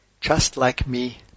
just-like-me